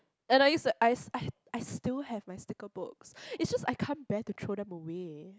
and I used to I I I still have my sticker books is just I can't bear to throw them away